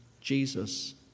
Jesus